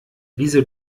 wieso